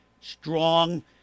strong